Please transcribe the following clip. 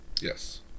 yes